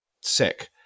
sick